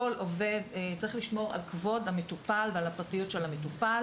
כל עובד צריך לשמור על כבוד המטופל ועל הפרטיות של המטופל